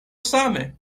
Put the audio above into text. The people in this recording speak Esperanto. same